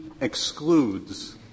excludes